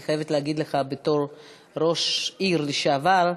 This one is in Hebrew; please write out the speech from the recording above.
אני חייבת להגיד לך, בתור ראש עירייה לשעבר,